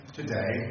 today